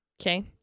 Okay